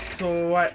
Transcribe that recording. so what